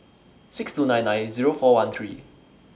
six two nine nine Zero four one three